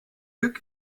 luc